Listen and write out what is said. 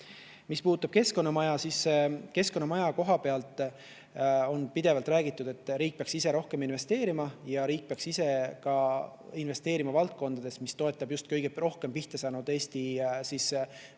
Mis puudutab keskkonnamaja, siis keskkonnamaja koha pealt on pidevalt räägitud, et riik peaks ise rohkem investeerima ja riik peaks investeerima ka valdkondadesse, mis toetavad just kõige rohkem pihta saanud Eesti